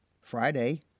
Friday